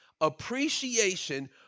appreciation